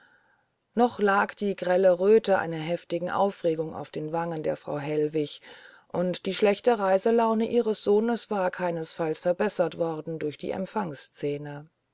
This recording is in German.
noch lag die grelle röte einer heftigen aufregung auf den wangen der frau hellwig und die schlechte reiselaune ihrer sohnes war keinesfalls verbessert worden durch die